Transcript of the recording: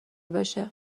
باشه